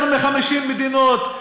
יותר מ-50 מדינות.